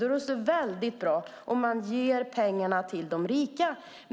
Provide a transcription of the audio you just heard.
Då är det väldigt bra - om man ger pengarna till de rika.